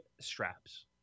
straps